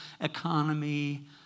economy